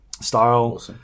style